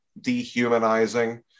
dehumanizing